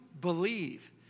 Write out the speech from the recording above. believe